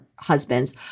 Husbands